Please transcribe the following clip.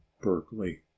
berkeley